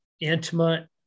intimate